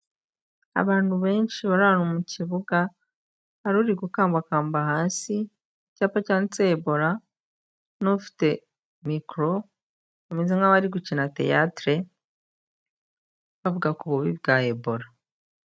Abantu benshi bari ahantu mu kibuga, hari uri gukambakamba hasi, icyapa cyanditseho Ebola n'ufite mikoro, bameze nk'abari gukina teyatere, bavuga ku bubi bwa Ebola.